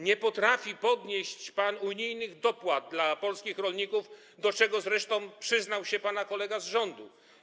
Nie potrafi pan podnieść unijnych dopłat dla polskich rolników, do czego zresztą przyznał się pana kolega z rządu.